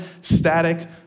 static